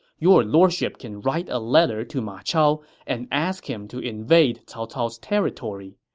your lordship can write a letter to ma chao and ask him to invade cao cao's territory.